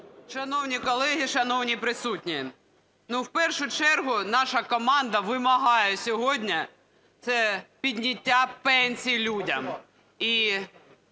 Шановні колеги, шановні присутні, в першу чергу наша команда вимагає сьогодні, - це підняття пенсій людям. І,